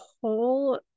whole